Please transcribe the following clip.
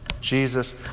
Jesus